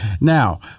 Now